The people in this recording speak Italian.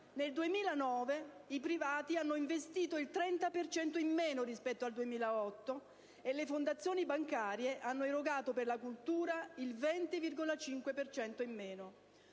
nel 2009 i privati hanno investito il 30 per cento in meno rispetto al 2008 e le fondazioni bancarie hanno erogato per la cultura il 20,5 per cento